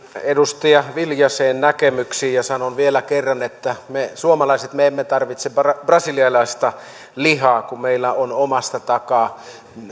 edustaja viljasen näkemyksiin ja sanon vielä kerran että me suomalaiset emme tarvitse brasilialaista lihaa kun meillä on omasta takaa